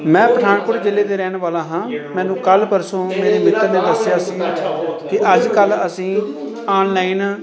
ਮੈਂ ਪਠਾਨਕੋਟ ਜਿਲ੍ਹੇ ਦੇ ਰਹਿਣ ਵਾਲਾ ਹਾਂ ਮੈਨੂੰ ਕੱਲ੍ਹ ਪਰਸੋਂ ਮੇਰੇ ਮਿੱਤਰ ਨੇ ਦੱਸਿਆ ਸੀ ਕੇ ਅੱਜ ਕੱਲ੍ਹ ਅਸੀਂ ਆਨਲਾਈਨ